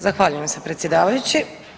Zahvaljujem se predsjedavajući.